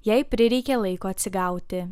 jai prireikė laiko atsigauti